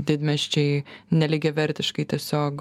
didmiesčiai nelygiavertiškai tiesiog